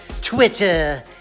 Twitter